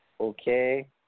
Okay